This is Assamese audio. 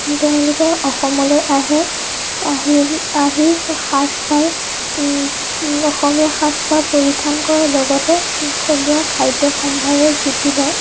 তেওঁলোকে অসমলৈ আহে আহিল আহি সাজপাৰ অসমীয়া সাজপাৰ পৰিধান কৰাৰ লগতে থলুৱা খাদ্য সম্ভাৰৰ জুতি লয়